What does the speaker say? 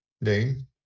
name